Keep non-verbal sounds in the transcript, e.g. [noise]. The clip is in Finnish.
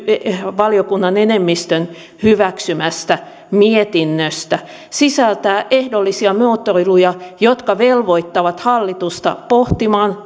valiokunnan enemmistön hyväksymästä mietinnöstä sisältävät ehdollisia muotoiluja jotka velvoittavat hallitusta pohtimaan [unintelligible]